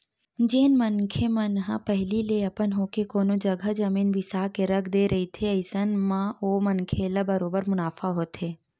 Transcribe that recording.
जेन मनखे मन ह पहिली ले अपन होके कोनो जघा जमीन बिसा के रख दे रहिथे अइसन म ओ मनखे ल बरोबर मुनाफा होथे